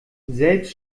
selbst